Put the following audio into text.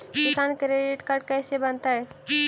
किसान credit card कैसे बनतै?